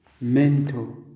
mental